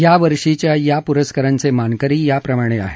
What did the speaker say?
यावर्षीच्या या पूरस्कारांचे मानकरी याप्रमाणे आहेत